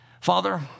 Father